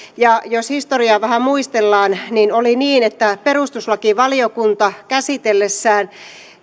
ja jos historiaa vähän muistellaan oli niin että perustuslakivaliokunta käsitellessään